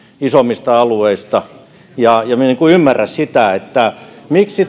isommista alueista minä en ymmärrä sitä miksi